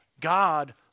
God